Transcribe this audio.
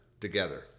Together